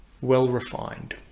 well-refined